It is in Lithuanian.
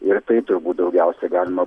ir tai turbūt daugiausiai galima